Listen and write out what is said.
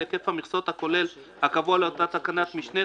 היקף המכסות הכולל הקבוע לאותה תקנת משנה,